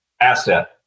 asset